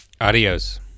Adios